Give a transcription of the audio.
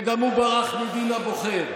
וגם הוא ברח מדין הבוחר,